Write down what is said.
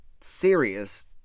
serious